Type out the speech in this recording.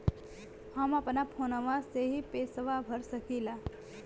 हम अपना फोनवा से ही पेसवा भर सकी ला?